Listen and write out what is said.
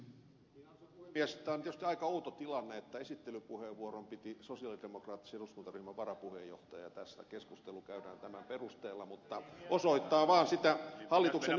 tämä on tietysti aika outo tilanne että esittelypuheenvuoron piti sosialidemokraattisen eduskuntaryhmän varapuheenjohtaja tässä keskustelu käydään tämän perusteella mutta osoittaa vaan sitä hallituksen ylimielisyyttä